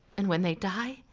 and when they die,